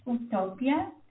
Utopia